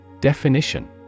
Definition